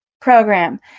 program